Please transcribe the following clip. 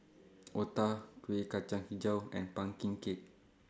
Otah Kuih Kacang Hijau and Pumpkin Cake